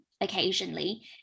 occasionally